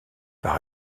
par